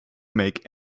make